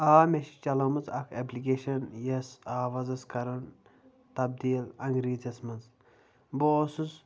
آ مےٚ چھِ چَلٲومٕژ اَکھ اٮ۪پلِکیشَن یۄس آواز ٲس کَران تبدیٖل اَنٛگریٖزیَس منٛز بہٕ اوسُس